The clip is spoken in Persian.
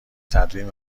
تدوین